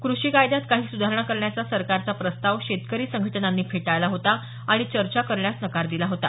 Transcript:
कृषी कायद्यात काही सुधारणा करण्याचा सरकारचा प्रस्ताव शेतकरी संघटनांनी फेटाळला होता आणि चर्चा करण्यास नकार दिला होता